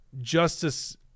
Justice